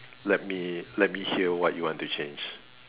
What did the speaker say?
let me let me hear what you want to change